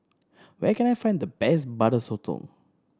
where can I find the best Butter Sotong